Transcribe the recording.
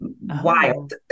wild